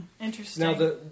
Interesting